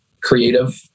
creative